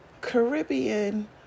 Caribbean